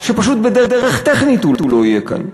שפשוט בדרך טכנית הוא לא יהיה כאן.